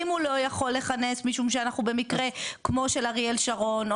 אם הוא לא יכול לכנס משום שאנחנו במקרה כמו של אריאל שרון,